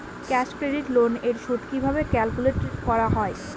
Cash credit loan এর সুদ কিভাবে ক্যালকুলেট করা হয়?